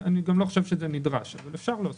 אני חושב שזה לא נדרש, אבל אפשר להוסיף.